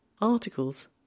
Articles